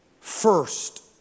First